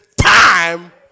time